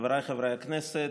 חבריי חברי הכנסת,